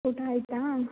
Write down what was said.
ಊಟ ಆಯಿತಾ